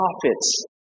prophets